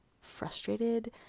frustrated